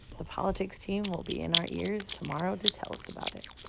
the politics team will be in our ears tomorrow to tell us about it.